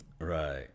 Right